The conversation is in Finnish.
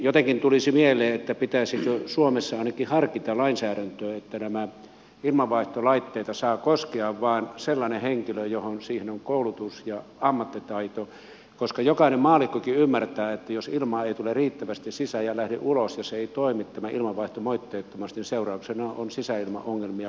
jotenkin tulisi mieleen pitäisikö suomessa ainakin harkita lainsäädäntöä että näitä ilmanvaihtolaitteita saa koskea vain sellainen henkilö jolla siihen on koulutus ja ammattitaito koska jokainen maallikkokin ymmärtää että jos ilmaa ei tule riittävästi sisään ja lähde ulos ja tämä ilmanvaihto ei toimi moitteettomasti niin seurauksena on sisäilmaongelmia kosteutta ja hometta